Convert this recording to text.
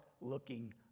looking